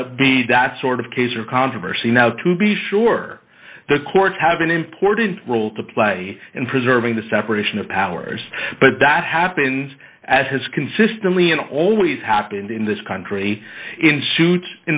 to be that sort of case or controversy now to be sure the courts have an important role to play in preserving the separation of powers but that happens as has consistently and always happened in this country in suits